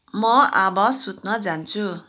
म अब सुत्न जान्छु